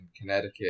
Connecticut